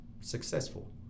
successful